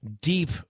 deep